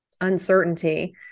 uncertainty